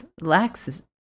lacks